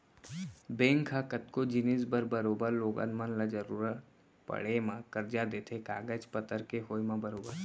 bank ह कतको जिनिस बर बरोबर लोगन मन ल जरुरत पड़े म करजा देथे कागज पतर के होय म बरोबर